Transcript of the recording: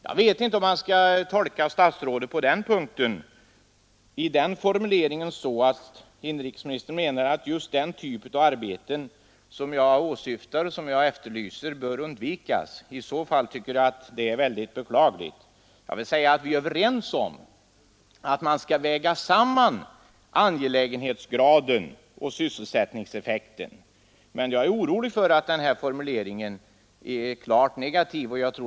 Jag vet inte om jag skall tolka detta så att inrikesministern menar att just den typ av arbeten som jag efterlyser bör undvikas. I så fall är det beklagligt. Vi är överens om att man skall väga samman angelägenhetsgraden och sysselsättningseffekten, men jag är orolig för att formuleringen i svaret är klart negativ.